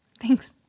Thanks